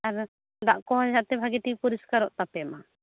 ᱟᱫᱚ ᱫᱟᱜ ᱠᱚᱦᱚᱸ ᱵᱷᱟᱹᱜᱤ ᱴᱷᱤᱠ ᱯᱩᱨᱤᱥᱠᱟᱨᱚᱜ ᱛᱟᱯᱮ ᱢᱟ